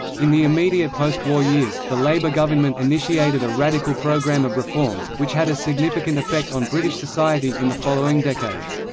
in the immediate post-war years, the labour government initiated a radical programme of reforms, which had a significant effect on british society in the following decades.